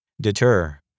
Deter